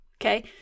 okay